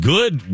Good